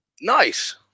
Nice